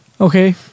Okay